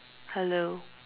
hello